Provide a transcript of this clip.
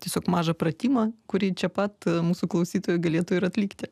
tiesiog mažą pratimą kurį čia pat mūsų klausytojai galėtų ir atlikti